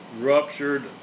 ruptured